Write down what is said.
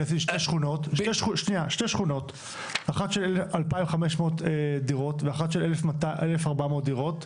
אני עשיתי שתי שכונות: אחת של 2,500 דירות ואחת של 1,400 דירות,